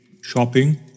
shopping